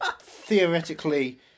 theoretically